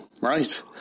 Right